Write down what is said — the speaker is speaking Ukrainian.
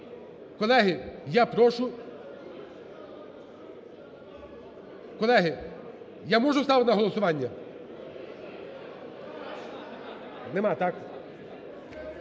Колеги, я прошу… Колеги, я можу ставити на голосування? Немає, так?